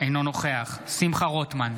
אינו נוכח שמחה רוטמן,